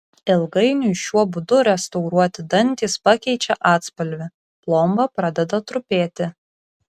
ilgainiui šiuo būdu restauruoti dantys pakeičia atspalvį plomba pradeda trupėti